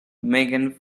megan